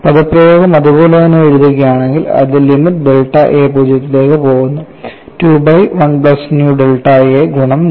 പദപ്രയോഗം അതുപോലെതന്നെ എഴുതുകയാണെങ്കിൽ അത് ലിമിറ്റ് ഡെൽറ്റാ a പൂജ്യത്തിലേക്ക് പോകുന്നു 2 by 1 plus nu delta a ഗുണം G